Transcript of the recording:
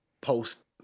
post